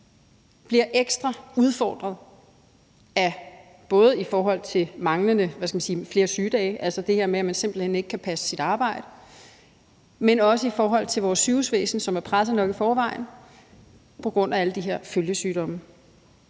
bliver ekstra udfordret af både flere sygedage, altså det her med, at man simpelt hen ikke kan passe sit arbejde, men også i forhold til vores sygehusvæsen, som er presset nok i forvejen, på grund af alle de her følgesygdomme.